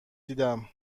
دیدم